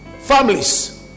families